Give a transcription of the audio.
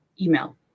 email